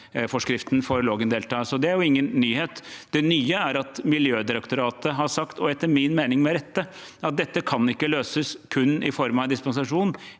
verneforskriften for Lågendeltaet. Det er ingen nyhet. Det nye er at Miljødirektoratet har sagt, og etter min mening med rette, at dette ikke kan løses kun i form av en dispensasjon.